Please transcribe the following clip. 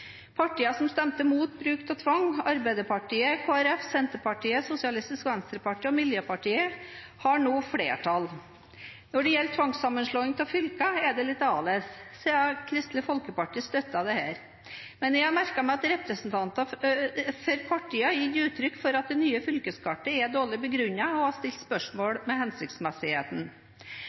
Partiene som stemte mot bruk av tvang – Arbeiderpartiet, Kristelig Folkeparti, Senterpartiet, Sosialistisk Venstreparti og Miljøpartiet De Grønne – har nå flertall. Når det gjelder tvangssammenslåing av fylker, er det litt annerledes, siden Kristelig Folkeparti støttet dette. Men jeg har merket meg at representanter for partiet har gitt uttrykk for at det nye fylkeskartet er dårlig begrunnet, og har stilt spørsmål ved hensiktsmessigheten.